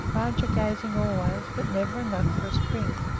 rajah gaining always, but never enough for a spring.